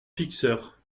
fixer